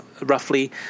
roughly